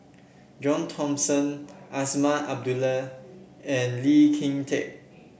John Thomson Azman Abdullah and Lee Kin Tat